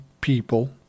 people